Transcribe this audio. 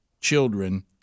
children